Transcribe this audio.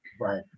Right